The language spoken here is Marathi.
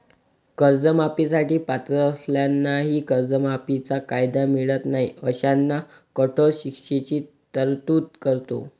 कर्जमाफी साठी पात्र असलेल्यांनाही कर्जमाफीचा कायदा मिळत नाही अशांना कठोर शिक्षेची तरतूद करतो